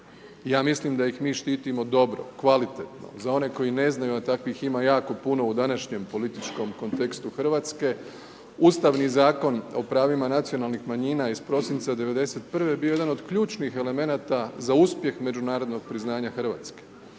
ja mislim da ih mi štitimo dobro, kvalitetno. Za one koji ne znaju a takvih ima jako puno u današnjem političkom kontekstu Hrvatske, Ustavni zakon o pravima nacionalnih manjina iz prosinca '91. bio je jedan od ključnih elemenata za uspjeh međunarodnog priznanja Hrvatske.